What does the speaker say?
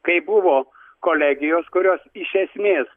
kai buvo kolegijos kurios iš esmės